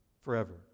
forever